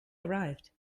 arrived